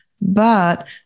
But-